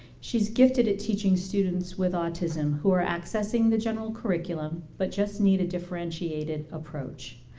she's gifted at teaching students with autism who are accessing the general curriculum but just need a differentiated approach.